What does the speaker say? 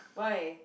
why